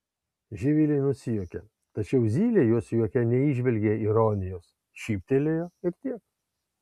živilė nusijuokė tačiau zylė jos juoke neįžvelgė ironijos šyptelėjo ir tiek